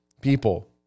people